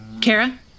Kara